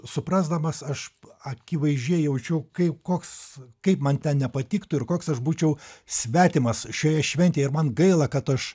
suprasdamas aš akivaizdžiai jaučiu kaip koks kaip man ten nepatiktų ir koks aš būčiau svetimas šioje šventėj ir man gaila kad aš